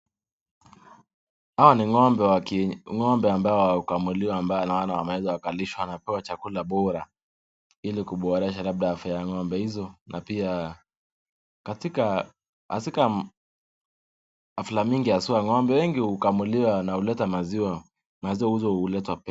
Hawa ni ng'ombe ambao hukamuliwa ambao naona wameweza wakalishwa na kupewa chakula bora ili kuboresha labda afya ya ng'ombe hizo na pia katika hafla mingi haswa ya ng'ombe wengi hukamuliwa na huleta maziwa, maziwa huuzwa huleta pesa.